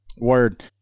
Word